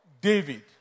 David